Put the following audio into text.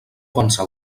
avançar